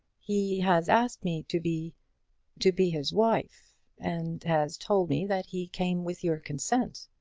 he has asked me to be to be his wife and has told me that he came with your consent.